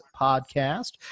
podcast